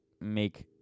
make